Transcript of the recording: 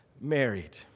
married